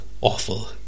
awful